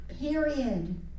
period